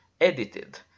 edited